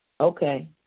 Okay